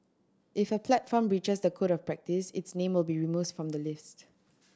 if a platform breaches the Code of Practice its name will be removes from the list